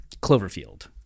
Cloverfield